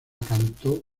cantó